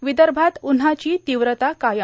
आणि विदर्भात उन्हाची तीव्रता कायम